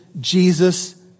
Jesus